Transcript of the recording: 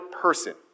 person